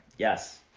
yes.